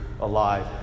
alive